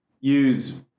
use